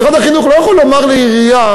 משרד החינוך לא יכול לומר לעירייה: